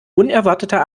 unerwarteter